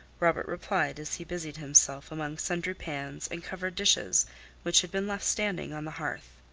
robert replied, as he busied himself among sundry pans and covered dishes which had been left standing on the hearth.